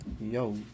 Yo